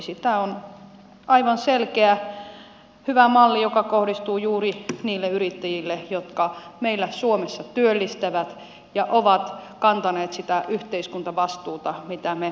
tämä on aivan selkeä hyvä malli joka kohdistuu juuri niihin yrittäjiin jotka meillä suomessa työllistävät ja ovat kantaneet sitä yhteiskuntavastuuta mitä me peräänkuulutamme